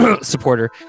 supporter